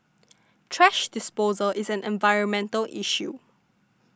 thrash disposal is an environmental issue